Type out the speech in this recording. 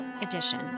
Edition